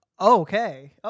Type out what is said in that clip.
Okay